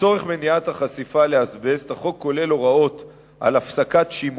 לצורך מניעת החשיפה לאזבסט יש בחוק הוראות להפסקת השימוש.